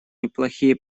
неплохие